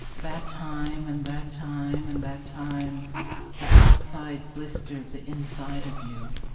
that time and that time and that time the outside blistered the inside of you,